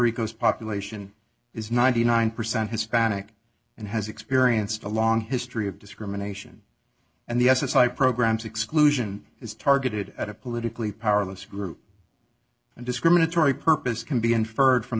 rico's population is ninety nine percent hispanic and has experienced a long history of discrimination and the s s i programs exclusion is targeted at a politically powerless group and discriminatory purpose can be inferred from